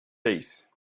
days